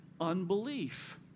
unbelief